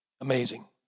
amazing